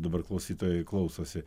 dabar klausytojai klausosi